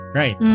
right